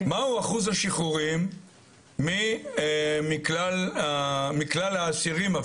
מהו אחוז השחרורים מכלל האסירים?